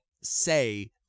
say